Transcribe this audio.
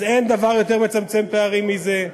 אז אין דבר יותר מצמצם פערים מזה.